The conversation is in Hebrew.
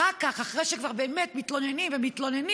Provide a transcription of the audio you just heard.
אחר כך, אחרי שכבר באמת מתלוננים ומתלוננים,